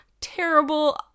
terrible